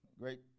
great